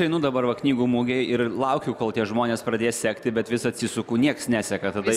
einu dabar va knygų mugėj ir laukiu kol tie žmonės pradės sekti bet vis atsisuku niekas neseka tada